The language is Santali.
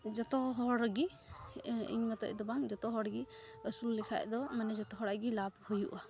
ᱡᱚᱛᱚ ᱦᱚᱲᱜᱮ ᱤᱧ ᱢᱚᱛᱚᱡᱫᱚ ᱵᱟᱝ ᱡᱚᱛᱚ ᱦᱚᱲᱜᱮ ᱟᱹᱥᱩᱞ ᱞᱮᱠᱷᱟᱡᱫᱚ ᱢᱟᱱᱮ ᱡᱚᱛᱚ ᱦᱚᱲᱟᱜ ᱜᱮ ᱞᱟᱵᱷ ᱦᱩᱭᱩᱜᱼᱟ